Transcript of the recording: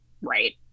Right